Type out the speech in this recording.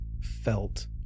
felt